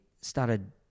started